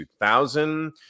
2000